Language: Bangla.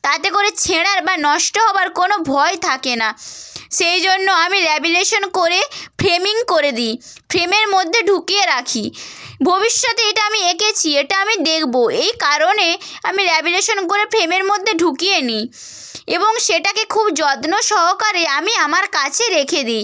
তাতে করে ছেঁড়ার বা নষ্ট হবার কোনো ভয় থাকে না সেই জন্য আমি ল্যামিনেশান করে ফ্রেমিং করে দিই ফ্রেমের মধ্যে ঢুকিয়ে রাখি ভবিষ্যতে এটা আমি এঁকেছি এটা আমি দেখবো এই কারণে আমি ল্যামিনেশান করে ফ্রেমের মধ্যে ঢুকিয়ে নিই এবং সেটাকে খুব যত্ন সহকারে আমি আমার কাছে রেখে দিই